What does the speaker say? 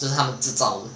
这趟制造